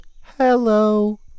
hello